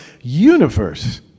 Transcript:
universe